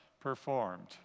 performed